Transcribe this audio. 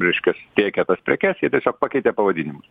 reiškias tiekia tas prekes jie tiesiog pakeitė pavadinimus